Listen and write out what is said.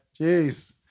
Jeez